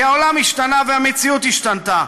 כי העולם השתנה והמציאות השתנתה,